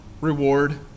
reward